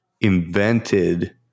invented